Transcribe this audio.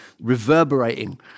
reverberating